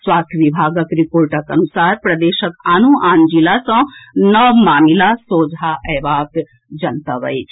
स्वास्थ्य विभागक रिर्पोटक अनुसार प्रदेशक आनो आन जिला सँ नव मामिला सोझा अएबाक जनतब अछि